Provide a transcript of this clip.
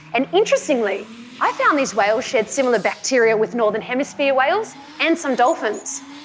and interestingly i found these whales shared similar bacteria with northern hemisphere whales and some dolphins.